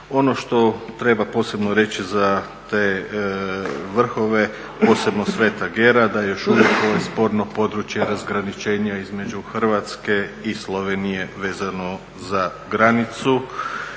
Ono što treba posebno reći za te vrhove, posebno Sveta Gera, da je još uvijek sporno područje razgraničenja između Hrvatska i Slovenije vezano za granicu